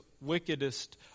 wickedest